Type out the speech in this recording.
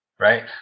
Right